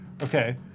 Okay